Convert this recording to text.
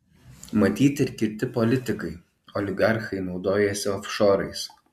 matyt ir kiti politikai oligarchai naudojasi ofšorais